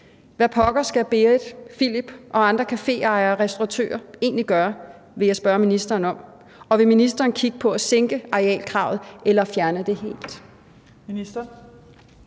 hvad pokker skal Berit, Philip og andre caféejere og restauratører egentlig gøre? vil jeg spørge ministeren om. Og vil ministeren kigge på at sænke arealkravet eller fjerne det helt?